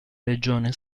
regione